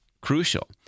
crucial